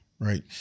Right